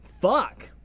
fuck